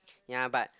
ya but